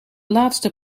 laatste